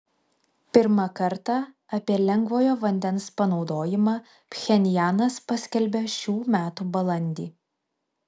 pirmą kartą apie lengvojo vandens panaudojimą pchenjanas paskelbė šių metų balandį